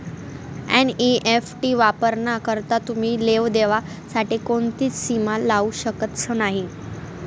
NEFT वापराना करता तुमी लेवा देवा साठे कोणतीच सीमा लावू शकतस नही